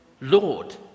Lord